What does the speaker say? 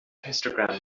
histogram